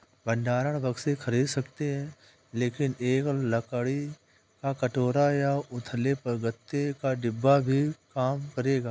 भंडारण बक्से खरीद सकते हैं लेकिन एक लकड़ी का टोकरा या उथले गत्ते का डिब्बा भी काम करेगा